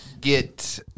get